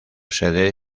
sede